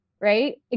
right